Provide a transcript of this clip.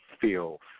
feel